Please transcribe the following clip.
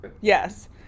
Yes